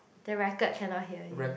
the record cannot hear you